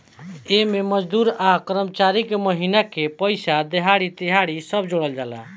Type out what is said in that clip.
एमे मजदूर आ कर्मचारी के महिना के पइसा, देहाड़ी, तिहारी सब जोड़ाला